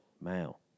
Male